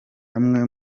amwe